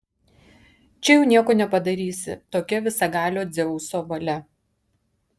čia jau nieko nepadarysi tokia visagalio dzeuso valia